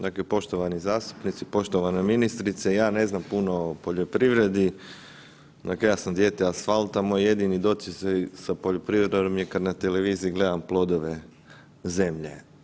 Dakle, poštovani zastupnici, poštovana ministrice, ja ne znam puno o poljoprivredi, dakle ja sam dijete asfalta, moj jedini doticaj sa poljoprivredom je kad na televiziji gledam „Plodove zemlje“